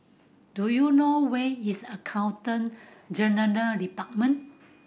do you know where is Accountant Department